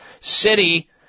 City